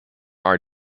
are